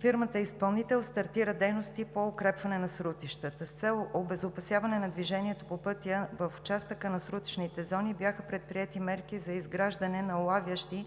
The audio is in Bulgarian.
фирмата изпълнител стартира дейности по укрепване на срутищата. С цел обезопасяване на движението по пътя в участъка на срутищните зони бяха предприети мерки за изграждане на улавящи